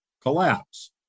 collapse